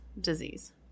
disease